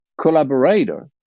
collaborator